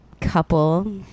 couple